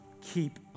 keep